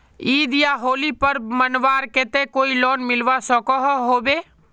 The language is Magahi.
ईद या होली पर्व मनवार केते कोई लोन मिलवा सकोहो होबे?